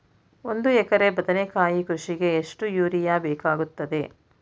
ಒಂದು ಎಕರೆ ಬದನೆಕಾಯಿ ಕೃಷಿಗೆ ಎಷ್ಟು ಯೂರಿಯಾ ಬೇಕಾಗುತ್ತದೆ?